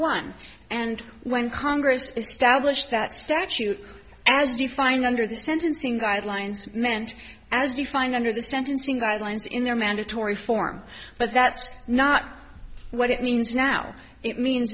one and when congress established that statute as defined under the sentencing guidelines meant as defined under the sentencing guidelines in their mandatory form but that's not what it means now it means